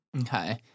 okay